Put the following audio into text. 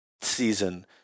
season